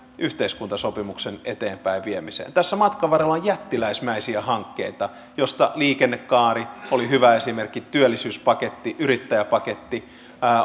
yhteiskuntasopimuksen eteenpäinviemiseen tässä matkan varrella on jättiläismäisiä hankkeita joista liikennekaari oli hyvä esimerkki työllisyyspaketti yrittäjäpaketti